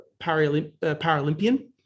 Paralympian